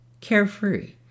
carefree